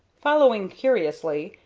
following curiously,